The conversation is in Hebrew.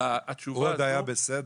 הוא עוד היה בסדר,